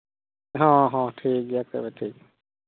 ᱦᱚᱸ ᱦᱚᱸ ᱴᱷᱤᱠᱜᱮᱭᱟ ᱛᱚᱵᱮ ᱴᱷᱤᱠ